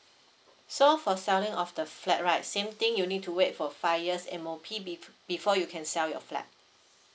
so for selling of the flat right same thing you need to wait for five years M_O_P be~ before you can sell your flat